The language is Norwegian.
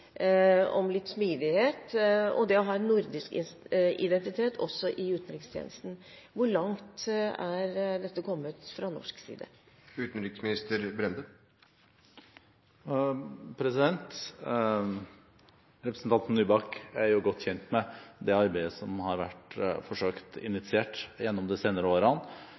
om smidighet og om det å ha en nordisk identitet også i utenrikstjenesten. Hvor langt er dette kommet fra norsk side? Representanten Nybakk er godt kjent med det arbeidet som har vært forsøkt initiert gjennom de senere årene,